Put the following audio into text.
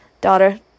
Daughter